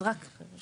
אז רק לעדכן.